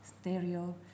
Stereo